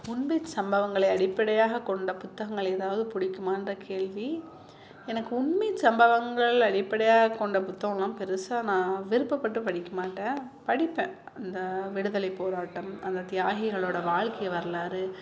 உண்மை சம்பவங்களை அடிப்படையாக கொண்ட புத்தகங்களை ஏதாவது பிடிக்குமா இந்த கேள்வி எனக்கு உண்மை சம்பவங்கள் அடிப்படையாக கொண்ட புத்தகலாம் பெருசாக நான் விருப்பப்பட்டு படிக்கமாட்டேன் படிப்பேன் அந்த விடுதலை போராட்டம் அந்த தியாகிகளோட வாழ்க்கை வரலாறு